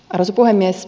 arvoisa puhemies